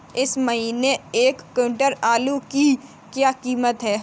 इस महीने एक क्विंटल आलू की क्या कीमत है?